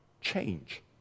change